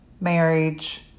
marriage